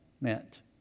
meant